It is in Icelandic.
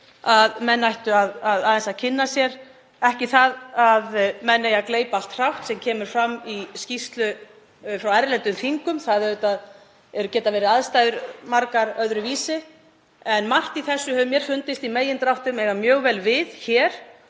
að menn ættu aðeins að kynna sér, ekki það að menn eigi að gleypa allt hrátt sem kemur fram í skýrslum frá erlendum þingum. Aðstæður geta auðvitað margar verið öðruvísi, en margt í þessu hefur mér fundist í megindráttum eiga mjög vel við hér